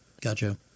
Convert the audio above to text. Gotcha